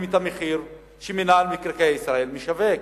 את המחיר שבו מינהל מקרקעי ישראל משווק?